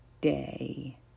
day